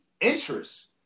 interest